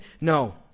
No